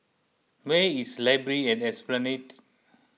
where is Library at Esplanade